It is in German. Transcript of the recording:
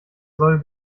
soll